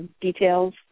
details